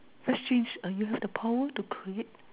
that's strange are you have the power to create